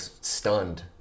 stunned